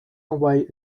away